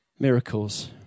Miracles